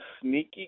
sneaky